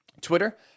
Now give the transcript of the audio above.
Twitter